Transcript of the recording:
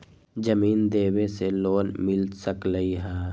जमीन देवे से लोन मिल सकलइ ह?